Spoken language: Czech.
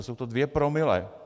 Jsou to dvě promile.